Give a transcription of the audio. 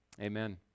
Amen